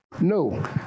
No